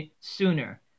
sooner